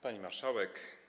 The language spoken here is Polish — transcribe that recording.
Pani Marszałek!